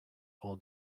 all